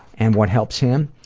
and what helps him,